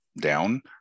down